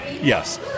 Yes